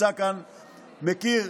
הוא מכיר,